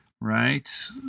right